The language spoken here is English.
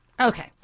Okay